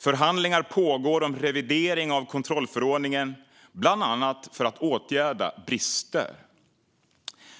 Förhandlingar pågår om revidering av kontrollförordningen, bland annat för att åtgärda brister.